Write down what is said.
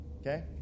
Okay